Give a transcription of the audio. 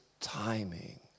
timing